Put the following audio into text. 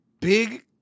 big